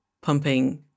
pumping